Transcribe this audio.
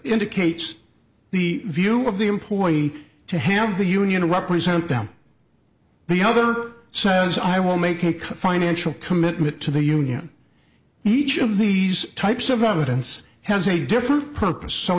indicates the view of the employee to have the union represent them the other says i will make a financial commitment to the union each of these types of evidence has a different purpose so